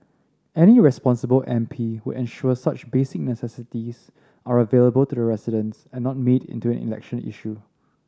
any responsible M P would ensure such basic necessities are available to the residents and not made into an election issue